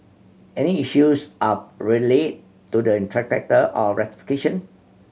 any issues are relayed to the or rectification